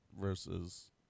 versus